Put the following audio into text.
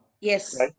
Yes